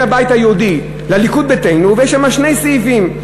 הבית היהודי לליכוד ביתנו יש שם שני סעיפים,